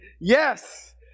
yes